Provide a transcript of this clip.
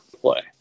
play